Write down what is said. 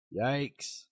Yikes